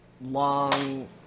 long